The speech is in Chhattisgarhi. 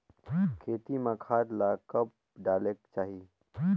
खेती म खाद ला कब डालेक चाही?